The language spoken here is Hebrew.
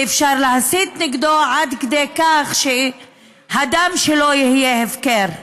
ואפשר להסית נגדו עד כדי כך שהדם שלו יהיה הפקר.